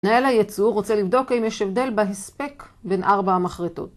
מנהל הייצוא רוצה לבדוק אם יש הבדל בהספק בין ארבע המחרטות.